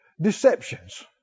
deceptions